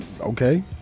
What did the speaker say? Okay